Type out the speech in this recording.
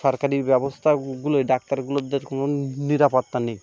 সরকারি ব্যবস্থাগুলোয় ডাক্তারগুলোর কোনো নিরাপত্তা নেই